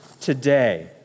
today